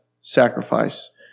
sacrifice